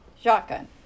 shotgun